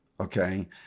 Okay